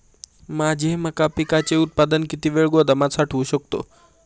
माझे मका पिकाचे उत्पादन किती वेळ गोदामात साठवू शकतो?